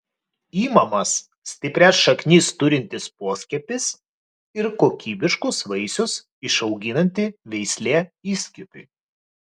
imamas stiprias šaknis turintis poskiepis ir kokybiškus vaisius išauginanti veislė įskiepiui